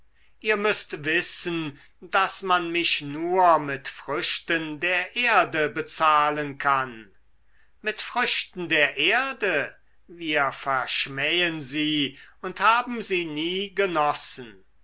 ihr müßt wissen daß man mich nur mit früchten der erde bezahlen kann mit früchten der erde wir verschmähen sie und haben sie nie genossen